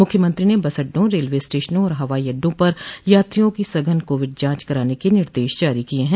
मुख्यमंत्री ने बस अड्डों रेलवे स्टेशनों और हवाई अड़डों पर यात्रियों की सघन कोविड जांच करने का निदेश जारी किया है